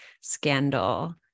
scandal